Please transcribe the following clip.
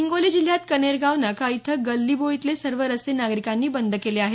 हिंगोली जिल्ह्यात कनेरगाव नाका इथं गल्ली बोळीतले सर्व रस्ते नागरिकांनी बंद केले आहेत